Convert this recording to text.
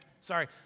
Sorry